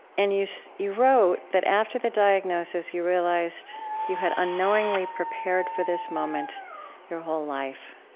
and you so you wrote that after the diagnosis, you realized you had unknowingly prepared for this moment your whole life.